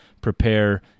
prepare